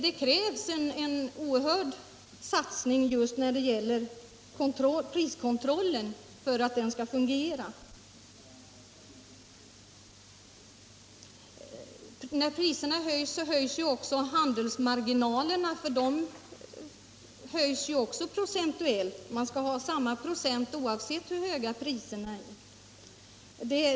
Det krävs en oerhörd satsning på priskontrollen för att den skall fungera. När priserna höjs ökar också handelsmarginalerna procentuellt lika mycket. Man skall ha sin marginal, oavsett hur höga priserna är.